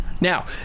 Now